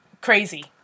crazy